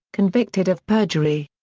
convicted of perjury.